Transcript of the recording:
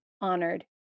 honored